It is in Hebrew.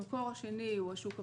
המקור השני הוא השוק הפרטי,